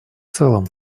целом